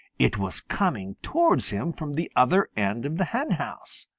it was coming towards him from the other end of the henhouse.